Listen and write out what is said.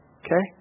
okay